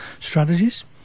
strategies